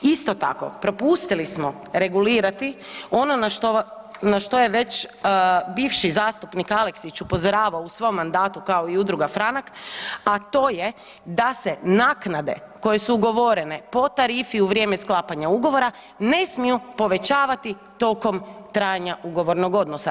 Isto tako, propustili smo regulirati ono na što je već bivši zastupnik Aleksić upozoravao u svom mandatu kao i udruga Franak, a to je da se naknade koje su ugovorene po tarifi u vrijeme sklapanja ugovora, ne smiju povećati tokom trajanje ugovornog odnosa.